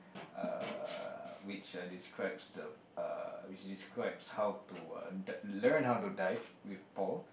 uh which are describes the uh which describes how to learn how to dive with Paul